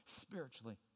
spiritually